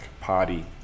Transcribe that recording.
party